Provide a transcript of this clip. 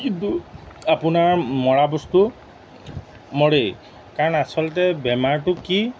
কিন্তু আপোনাৰ মৰা বস্তু মৰেই কাৰণ আচলতে বেমাৰটো কি